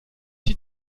die